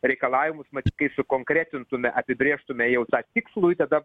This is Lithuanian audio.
reikalavimus mat kai sukonkretintume apibrėžtume jau tą tikslųjį tada